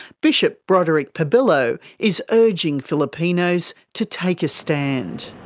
bishop broderick pabillo is urging filipinos to take a stand.